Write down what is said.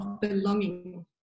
belonging